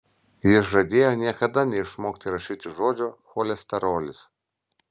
jis žadėjo niekada neišmokti rašyti žodžio cholesterolis